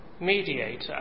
mediator